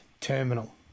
terminal